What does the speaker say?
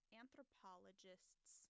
anthropologists